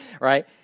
right